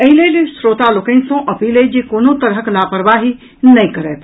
एहि लेल श्रोता लोकनि सँ अपील अछि जे कोनो तरहक लापरवाही नहि करथि